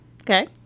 Okay